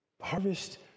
Harvest